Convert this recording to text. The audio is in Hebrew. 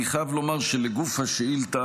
אני חייב לומר שלגוף השאילתה,